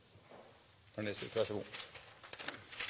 har fullt så god